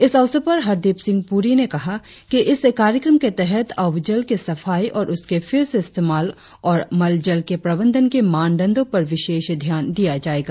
इस अवसर पर हरदीप पुरी ने कहा कि इस कार्यक्रम के तहत अवजल की सफाई और उसके फिर से इस्तेमाल और मल जल के प्रबंधन के मानदंडो पर विशेष ध्यान दिया जायेगा